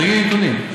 תגידי נתונים.